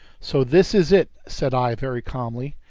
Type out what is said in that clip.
so this is it, said i very calmly.